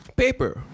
paper